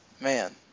Man